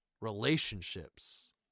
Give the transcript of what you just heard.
relationships